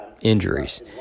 injuries